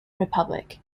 republic